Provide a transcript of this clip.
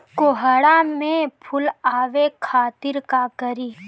कोहड़ा में फुल आवे खातिर का करी?